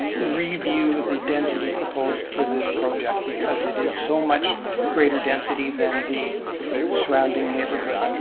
review the density proposed for this project because it is so much greater density than the surrounding neighborhood.